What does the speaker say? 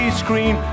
screen